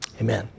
Amen